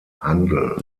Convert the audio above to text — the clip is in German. handel